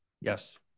Yes